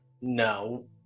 No